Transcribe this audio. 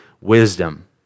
wisdom